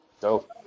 dope